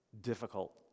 difficult